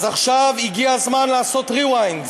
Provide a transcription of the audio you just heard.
אז עכשיו הגיע הזמן לעשות rewind.